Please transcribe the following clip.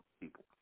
people